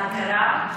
ההכרה,